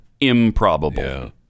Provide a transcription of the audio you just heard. improbable